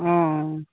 অঁ অঁ